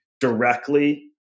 directly